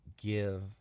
give